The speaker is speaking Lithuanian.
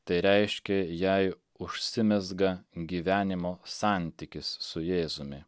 tai reiškia jei užsimezga gyvenimo santykis su jėzumi